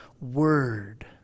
Word